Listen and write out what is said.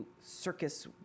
circus